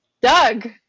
Doug